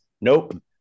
nope